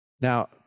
Now